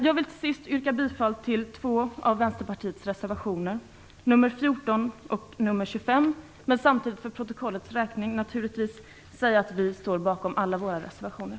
Jag vill till sist yrka bifall till två av Vänsterpartiets reservationer, nr 14 och nr 25. Samtidigt vill jag för protokollets räkning säga att vi naturligtvis står bakom alla våra reservationer.